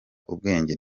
ubwenge